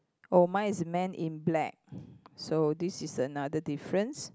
oh mine is man in black so this is another difference